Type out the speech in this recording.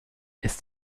ist